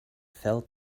fell